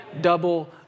Double